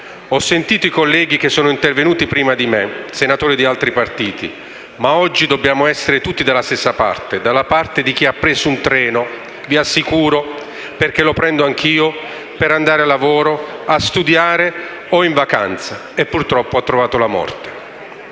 Ho sentito i colleghi che sono intervenuti prima di me, senatori di altri partiti, ma oggi dobbiamo essere tutti dalla stessa parte, dalla parte di chi ha preso un treno - che, vi assicuro, prendo anche io - per andare al lavoro, a studiare o magari in vacanza e purtroppo ha trovato la morte.